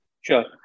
Sure